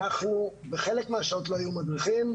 בחלק מהשעות לא יהיו מדריכים,